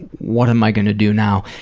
what am i gonna do now?